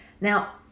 Now